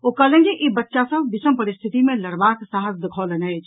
ओ कहलनि जे ई बच्चा सभ विषम परिस्थिति मे लड़बाक साहस देखौलनि अछि